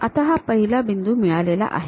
तर आता हा पहिला बिंदू मिळालेला आहे